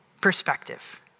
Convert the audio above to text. perspective